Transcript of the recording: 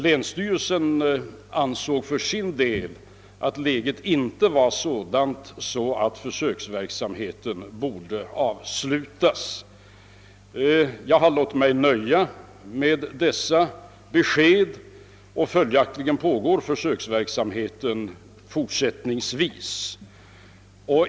Länsstyrelsen i Värmlands län ansåg för sin del att läget inte var sådant att försöksverksamheten borde avbrytas. Jag har låtit mig nöja med dessa besked och följaktligen pågår försöksverksamheten även fortsättningsvis.